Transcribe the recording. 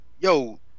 yo